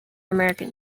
american